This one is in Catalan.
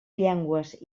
llengües